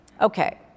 Okay